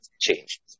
change